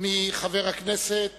מחבר הכנסת